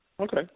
okay